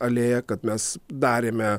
alėja kad mes darėme